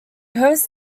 hosts